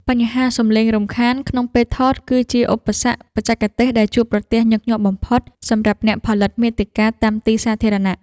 បញ្ហាសម្លេងរំខានក្នុងពេលថត គឺជាឧបសគ្គបច្ចេកទេសដែលជួបប្រទះញឹកញាប់បំផុត សម្រាប់អ្នកផលិតមាតិកាតាមទីសាធារណៈ។